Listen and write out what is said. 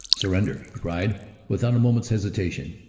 surrender, he cried without a moment's hesitation,